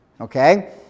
Okay